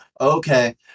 Okay